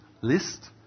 list